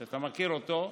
שאתה מכיר אותו.